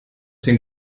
zehn